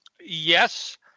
yes